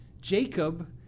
Jacob